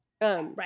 Right